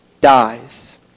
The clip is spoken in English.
dies